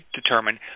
determine